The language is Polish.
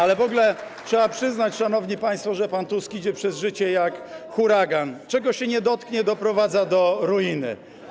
Ale w ogóle trzeba przyznać, szanowni państwo, że pan Tusk idzie przez życie jak huragan - czego się nie dotknie, doprowadza do ruiny.